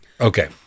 Okay